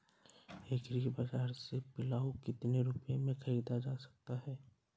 Agree बाजार से पिलाऊ कितनी रुपये में ख़रीदा जा सकता है?